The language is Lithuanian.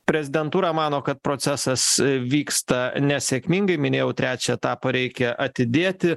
prezidentūra mano kad procesas vyksta nesėkmingai minėjau trečią etapą reikia atidėti